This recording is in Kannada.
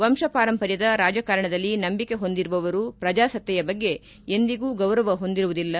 ವಂಶಪಾರಂಪರ್ಯದ ರಾಜಕಾರಣದಲ್ಲಿ ನಂಬಿಕೆ ಹೊಂದಿರುವವರು ಪ್ರಜಾಸತ್ತೆಯ ಬಗ್ಗೆ ಎಂದಿಗೂ ಗೌರವ ಹೊಂದಿರುವುದಿಲ್ಲ